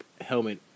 helmet